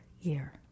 year